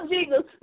Jesus